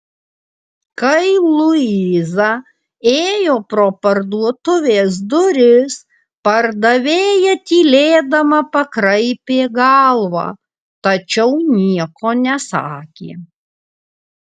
kai luiza ėjo pro parduotuvės duris pardavėja tylėdama pakraipė galvą tačiau nieko nesakė